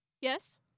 Yes